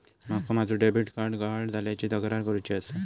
माका माझो debit card गहाळ झाल्याची तक्रार करुची आसा